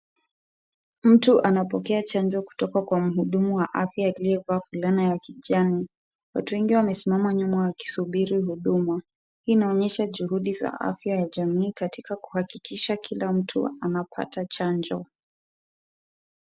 Mtu anapokea chanjo kutoka kwa mhudumu wa afya aliyevaa fulana ya kijani. Watu wengi wamesimama nyuma wakisubiri huduma. Hii inaonyesha juhudi za afya ya jamii katika kuhakikisha kila mtu anapata chanjo.